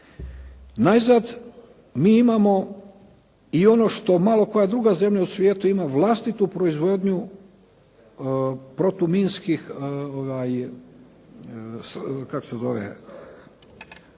Najzad, mi imamo i ono što malo koja druga zemlja u svijetu ima, vlastitu proizvodnju protuminskih, strojeva